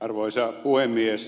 arvoisa puhemies